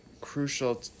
crucial